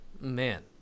man